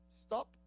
stop